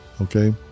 Okay